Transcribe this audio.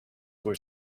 were